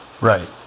right